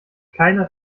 keiner